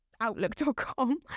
outlook.com